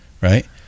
right